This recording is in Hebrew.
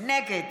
נגד